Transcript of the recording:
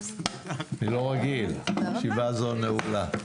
הישיבה נעולה.